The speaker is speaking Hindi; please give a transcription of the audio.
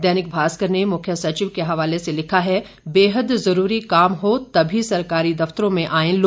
दैनिक भास्कर ने मुख्य सचिव के हवाले से लिखा है बेहद जरूरी काम हो तभी सरकारी दफ्तरों में आएं लोग